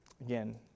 again